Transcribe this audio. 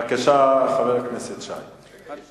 חבר הכנסת שי, בבקשה.